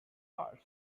farce